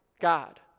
God